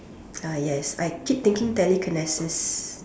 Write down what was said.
ah yes I keep thinking telekinesis